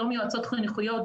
היום יועצות חינוכיות,